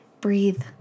breathe